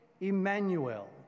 Emmanuel